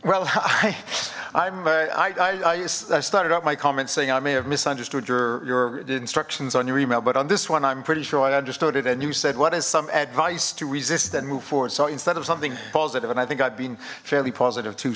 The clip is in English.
well i'm i started out my comments saying i may have misunderstood your your instructions on your email but on this one i'm pretty sure i understood it and you said what is some advice to resist and move forward so instead of something positive and i think i've been fairly positive to